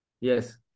Yes